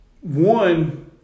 one